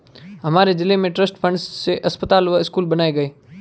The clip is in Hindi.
हमारे जिले में ट्रस्ट फंड से अस्पताल व स्कूल बनाए गए